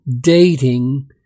dating